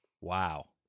wow